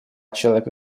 человека